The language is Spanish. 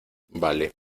vale